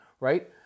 right